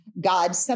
God